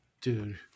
Dude